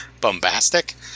bombastic